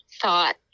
thought